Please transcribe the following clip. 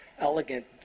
elegant